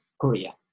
Korea